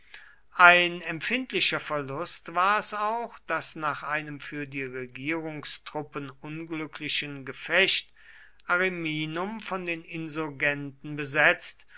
ein empfindlicher verlust war es auch daß nach einem für die regierungstruppen unglücklichen gefecht ariminum von den insurgenten besetzt